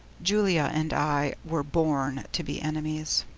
julia and i were born to be enemies.